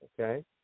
Okay